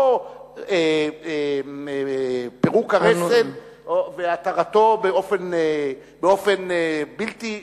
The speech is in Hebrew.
לא פירוק הרסן והתרתו באופן בלתי תלוי,